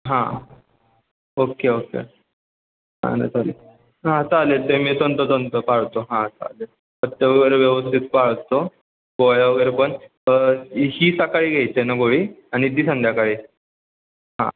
हां okay okay चालेल चालेल हां चालेल ते मी तंतोतंत पाळतो हां चालेल पथ्य वगैरे व्यवस्थित पाळतो गोळ्या वगैरे पण ही सकाळी घ्यायची आहे ना गोळी आणि ही संध्याकाळी हां